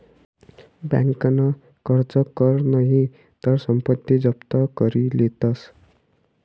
बँकन कर्ज कर नही तर संपत्ती जप्त करी लेतस